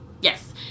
yes